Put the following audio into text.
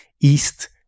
east